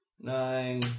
nine